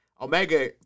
Omega